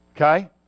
Okay